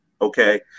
Okay